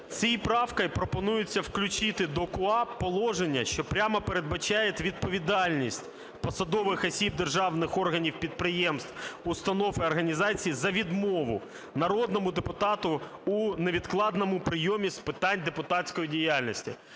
цією правкою пропонується включити до КУпАП положення, що прямо передбачають відповідальність посадових осіб державних органів підприємств, установ і організацій за відмову народному депутату у невідкладному прийомі з питань депутатської діяльності.